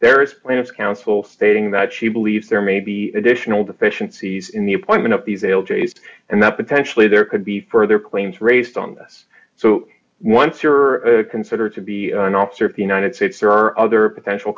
there is plans counsel stating that she believes there may be additional deficiencies in the appointment of the sale taste and that potentially there could be further claims raised on this so once you're considered to be an officer of the united states there are other potential